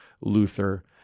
Luther